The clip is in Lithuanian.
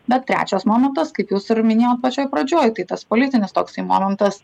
bet trečias momentas kaip jūs ir minėjot pačioje pradžioje tai tas politinis toksai momentas